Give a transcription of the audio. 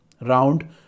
round